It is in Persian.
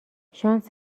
شانس